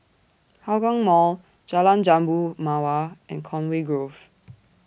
Hougang Mall Jalan Jambu Mawar and Conway Grove